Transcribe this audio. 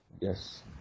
yes